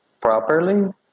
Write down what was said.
properly